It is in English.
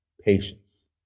patience